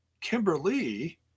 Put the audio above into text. Kimberly